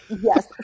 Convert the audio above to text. Yes